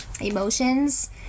emotions